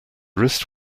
wrist